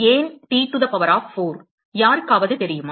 ஏன் T to the power of 4 யாருக்காவது தெரியுமா